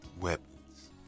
weapons